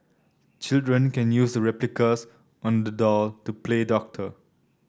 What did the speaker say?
children can use the replicas on the doll to play doctor